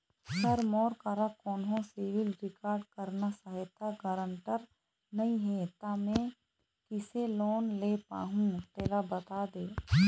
sir मोर करा कोन्हो सिविल रिकॉर्ड करना सहायता गारंटर नई हे ता मे किसे लोन ले पाहुं तेला बता दे